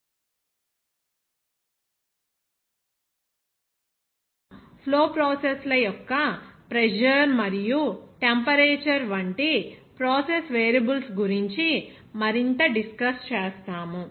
కాబట్టి ఈ మాడ్యూల్ 2 కింద ఈ రోజు మనం ఫ్లో ప్రాసెస్ల యొక్క ప్రెజర్ మరియు టెంపరేచర్ వంటి ప్రాసెస్ వేరియబుల్స్ గురించి మరింత డిస్కస్ చేస్తాము